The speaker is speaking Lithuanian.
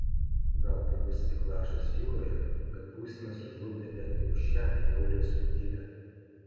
gal tai bus tik lašas jūroje bet būsime sužlugdę bent jau šią bjaurią suktybę